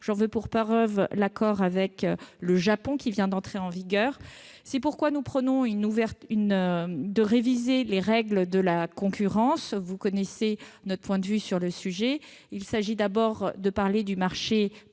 J'en veux pour preuve l'accord avec le Japon, qui vient d'entrer en vigueur. C'est pour cela, aussi, que nous entendons réviser les règles de la concurrence, vous connaissez notre point de vue sur le sujet. Il s'agit, d'abord, de définir le marché pertinent